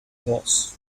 horse